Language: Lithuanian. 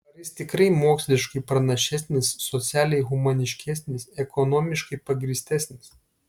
ar jis tikrai moksliškai pranašesnis socialiai humaniškesnis ekonomiškai pagrįstesnis